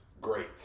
Great